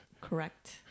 Correct